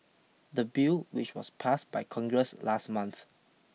the bill which was passed by Congress last month